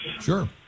Sure